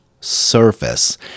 Surface